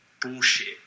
bullshit